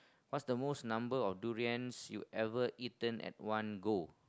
what's the most number of durians you ever eaten at one go